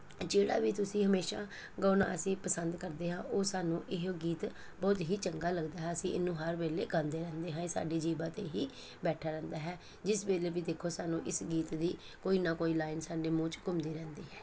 ਜਿਹੜਾ ਵੀ ਤੁਸੀਂ ਹਮੇਸ਼ਾ ਗਾਉਣਾ ਅਸੀਂ ਪਸੰਦ ਕਰਦੇ ਹਾਂ ਉਹ ਸਾਨੂੰ ਇਹੋ ਗੀਤ ਬਹੁਤ ਹੀ ਚੰਗਾ ਲੱਗਦਾ ਹੈ ਅਸੀਂ ਇਹਨੂੰ ਹਰ ਵੇਲੇ ਗਾਉਂਦੇ ਰਹਿੰਦੇ ਹਾਂ ਇਹ ਸਾਡੀ ਜੀਵਾ 'ਤੇ ਹੀ ਬੈਠਾ ਰਹਿੰਦਾ ਹੈ ਜਿਸ ਵੇਲੇ ਵੀ ਦੇਖੋ ਸਾਨੂੰ ਇਸ ਗੀਤ ਦੀ ਕੋਈ ਨਾ ਕੋਈ ਲਾਈਨ ਸਾਡੇ ਮੂੰਹ 'ਚ ਘੁੰਮਦੀ ਰਹਿੰਦੀ ਹੈ